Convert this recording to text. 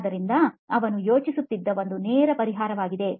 ಆದ್ದರಿಂದ ಅವನು ಯೋಚಿಸುತ್ತಿದ್ದ ಒಂದು ನೇರ ಪರಿಹಾರವಾಗಿದೆ